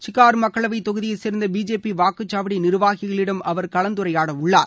சிக்கார் மக்களவைத் தொகுதியைச் சேர்ந்த பிஜேபி வாக்குச்சாவடி நிர்வாகிகளிடம் அவர் கலந்துரையாடவுள்ளார்